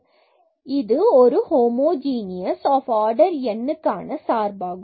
எனவே இது ஒரு ஹோமோஜீனியஸ் ஆடர் nக்கான சார்பாகும்